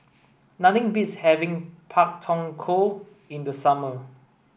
beats having Pak Thong Ko in the summer